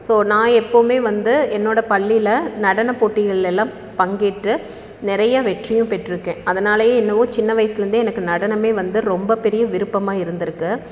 so நான் எப்போவும் வந்து என்னோடய பள்ளியில் நடனம் போட்டிகளில் எல்லாம் பங்கேற்று நிறைய வெற்றியும் பெற்றுக்கேன் அதனாலேயே என்னவோ சின்ன வயதில் இருந்து எனக்கு நடனம் வந்து ரொம்ப பெரிய விருப்பமாக இருந்துருக்கு